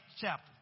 chapter